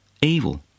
evil